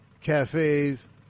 cafes